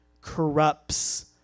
corrupts